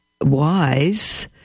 wise